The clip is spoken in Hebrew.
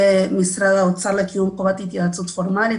למשרד האוצר לקיום חובת התייעצות פורמלית,